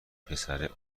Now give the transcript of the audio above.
پسر